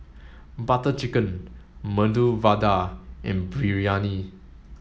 Butter Chicken Medu Vada and Biryani